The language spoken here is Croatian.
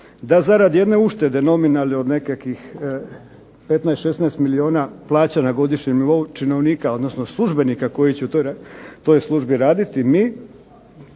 da zaradi jedne uštede nominalne od nekakvih 15, 16 milijuna plaća na godišnjem nivou činovnika, odnosno službenika koji će u toj službi raditi mi